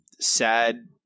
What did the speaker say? sad